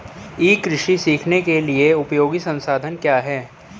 ई कृषि सीखने के लिए उपयोगी संसाधन क्या हैं?